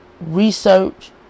research